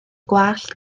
gwallt